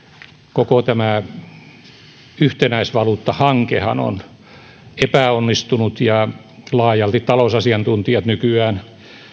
koko tämä yhtenäisvaluuttahankehan on epäonnistunut ja laajalti talousasiantuntijat nykyään